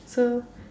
so